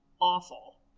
awful